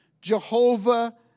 Jehovah